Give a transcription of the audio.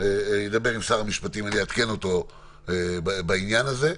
אדבר עם שר המשפטים ואעדכן אותו בעניין הזה,